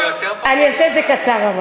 אבל אני אעשה את זה קצר.